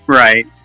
right